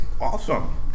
Awesome